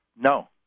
no